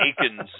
Aikens